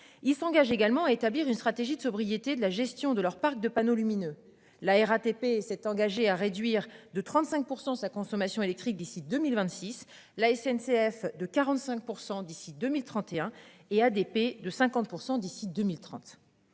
Il s'engage également à établir une stratégie de sobriété, de la gestion de leur parc de panneaux lumineux. La RATP s'est engagée à réduire de 35% sa consommation électrique d'ici 2026 la SNCF de 45% d'ici 2031 et ADP de 50% d'ici 2030.